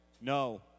No